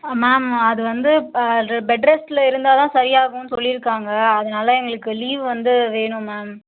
ma'am அது வந்து அது பெட்ரெஸ்ட்டில் இருந்தால் தான் சரியாகும்னு சொல்லிருக்காங்கள் அதனால் எங்களுக்கு லீவ் வந்து வேணும் மேம்